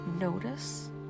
notice